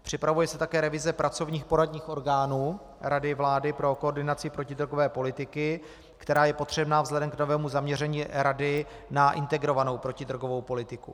Připravuje se také revize pracovních poradních orgánů Rady vlády pro koordinaci protidrogové politiky, která je potřebná vzhledem k novému zaměření rady na integrovanou protidrogovou politiku.